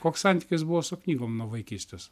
koks santykis buvo su knygom nuo vaikystės